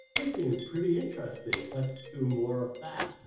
this seems pretty interesting let's do more of that!